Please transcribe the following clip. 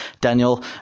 daniel